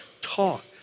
talk